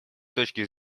точки